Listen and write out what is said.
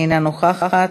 אינה נוכחת.